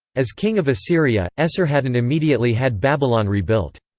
as king of assyria, esarhaddon immediately had babylon rebuilt.